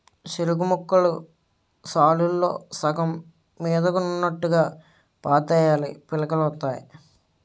సెరుకుముక్కలు సాలుల్లో సగం మీదకున్నోట్టుగా పాతేయాలీ పిలకలొత్తాయి